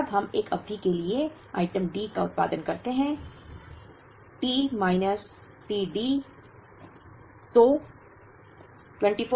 तब हम एक अवधि के लिए आइटम D का उत्पादन करते हैं t माइनस t D